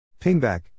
Pingback